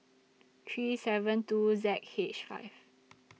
three seven two Z H five